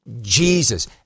Jesus